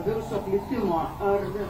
viruso plitimo ar